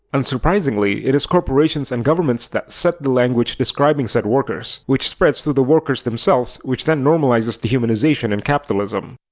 unsurprisingly, it is corporations and governments that set the language describing said workers, which spreads to the workers themselves, which then normalizes dehumanization in capitalism.